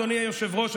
אדוני היושב-ראש,